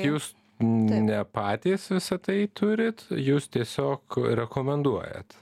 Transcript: jūs ne patys visa tai turit jūs tiesiog rekomenduojat